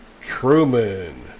Truman